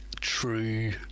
true